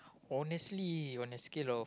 honestly on a scale of